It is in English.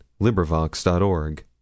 LibriVox.org